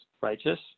righteous